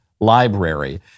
library